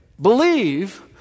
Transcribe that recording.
believe